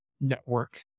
network